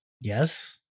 Yes